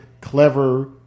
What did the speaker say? clever